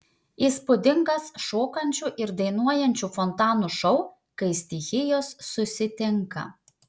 įspūdingas šokančių ir dainuojančių fontanų šou kai stichijos susitinka